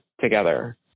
together